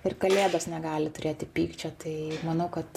ir kalėdos negali turėti pykčio tai manau kad